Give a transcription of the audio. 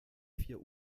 vier